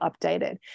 updated